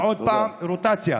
ועוד פעם רוטציה.